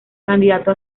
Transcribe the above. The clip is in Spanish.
candidato